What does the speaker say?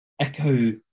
ECHO